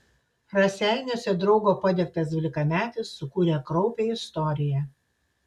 raseiniuose draugo padegtas dvylikametis sukūrė kraupią istoriją